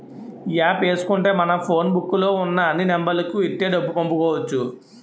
ఈ యాప్ ఏసుకుంటే మనం ఫోన్ బుక్కు లో ఉన్న అన్ని నెంబర్లకు ఇట్టే డబ్బులు పంపుకోవచ్చు